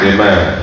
Amen